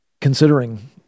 considering